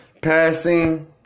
passing